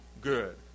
good